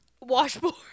Washboard